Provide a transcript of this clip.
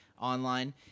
online